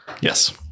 Yes